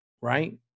right